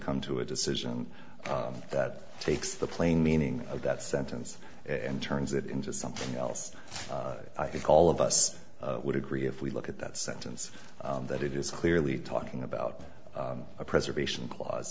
come to a decision that takes the plain meaning of that sentence and turns it into something else i think all of us would agree if we look at that sentence that it is clearly talking about a preservation cla